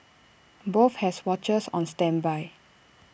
both have watchers on standby